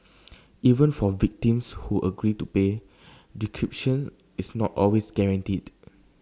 even for victims who agree to pay decryption is not always guaranteed